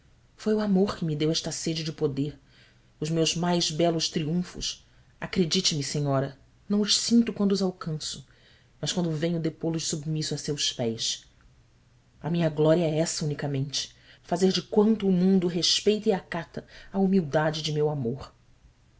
foi o amor que me deu esta sede de poder os meus mais belos triunfos acredite me senhora não os sinto quando os alcanço mas quando venho depô los submisso a seus pés a minha glória é essa unicamente fazer de quanto o mundo respeita e acata a humildade de meu amor